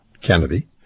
Kennedy